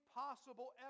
possible